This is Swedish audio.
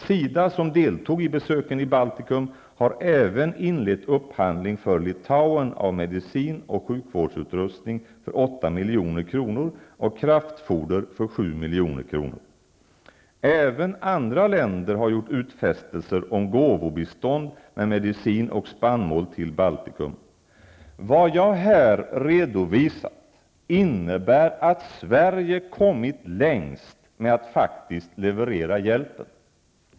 SIDA, som deltog i besöken i Baltikum, har även inlett upphandling för Litauen av medicin och sjukvårdsutrustning för 8 milj.kr. och kraftfoder för 7 milj.kr. Även andra länder har gjort utfästelser om gåvobistånd med medicin och spannmål till Baltikum. Vad jag här har redovisat innebär att Sverige kommit längst med att faktiskt leverera hjälpen.